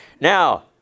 Now